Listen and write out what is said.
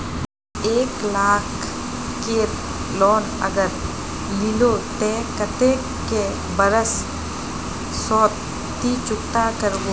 एक लाख केर लोन अगर लिलो ते कतेक कै बरश सोत ती चुकता करबो?